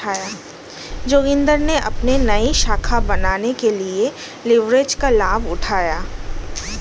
जोगिंदर ने अपनी नई शाखा बनाने के लिए लिवरेज का लाभ उठाया